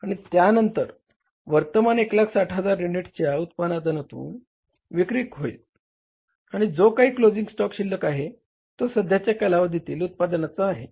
आणि त्यानंतर वर्तमान 160000 युनिट्सच्या उत्पादनातुन विक्री सुरू होईल आणि जो काही क्लोझिंग स्टॉक शिल्लक आहे तो सध्याच्या कालावधीतील उत्पादनाचा आहे